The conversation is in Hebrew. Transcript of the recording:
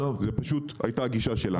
זאת פשוט הייתה הגישה שלנו.